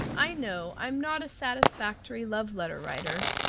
i know i'm not a satisfactory love letter writer.